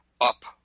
Up